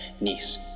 niece